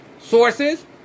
Sources